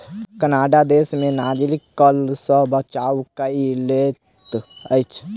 Canada देश में नागरिक कर सॅ बचाव कय लैत अछि